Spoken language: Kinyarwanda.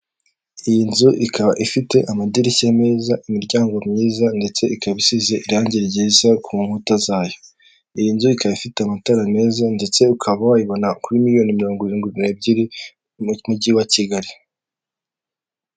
Iyi nzu ikaba ifite amadirishya meza imiryango myiza ndetse ikaba isize irange ryiza ku nkuta zayo, iyi nzu ikaba ifite amatara meza ndetse ukaba wayibona kuri miliyoni mirongo irindwi n'ebyiri mu mujyi wa Kigali.